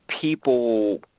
people